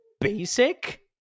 basic